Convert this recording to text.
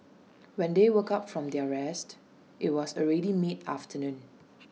when they woke up from their rest IT was already mid afternoon